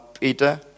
Peter